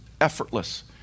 effortless